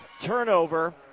turnover